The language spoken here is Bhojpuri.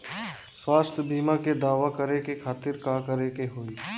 स्वास्थ्य बीमा के दावा करे के खातिर का करे के होई?